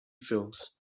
films